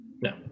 No